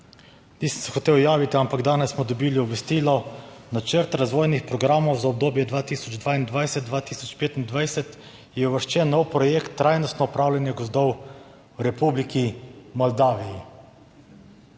Nisem se hotel javiti, ampak danes smo dobili obvestilo, v načrt razvojnih programov za obdobje 2022-2025, je uvrščen v projekt trajnostno upravljanje gozdov v Republiki Moldaviji.